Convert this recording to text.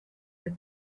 the